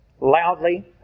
loudly